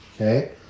okay